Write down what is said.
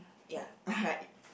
ya alright